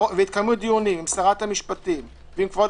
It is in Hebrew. והתקיימו דיונים עם שרת המשפטים ועם כבוד